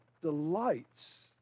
delights